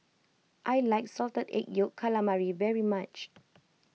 I like Salted Egg Yolk Calamari very much